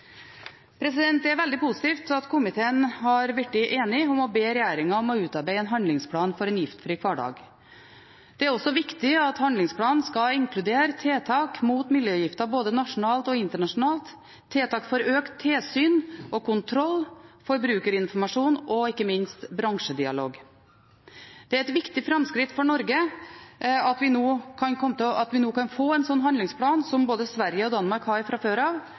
Det er veldig positivt at komiteen har blitt enig om å be regjeringen utarbeide en handlingsplan for en giftfri hverdag. Det er også viktig at handlingsplanen skal inkludere tiltak mot miljøgifter både nasjonalt og internasjonalt, tiltak for økt tilsyn og kontroll, forbrukerinformasjon og ikke minst bransjedialog. Det er et viktig framskritt for Norge at vi nå kan få en slik handlingsplan som både Sverige og Danmark har fra før, og det bør kunne medføre et langsiktig arbeid mot målet om å redusere bruken av